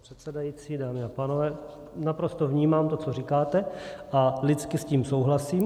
Pane předsedající, dámy a pánové, naprosto vnímám to, co říkáte, a lidsky s tím souhlasím.